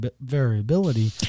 variability